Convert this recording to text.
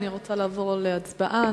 אני רוצה לעבור להצבעה.